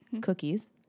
cookies